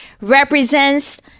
represents